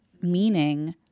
meaning